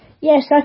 Yes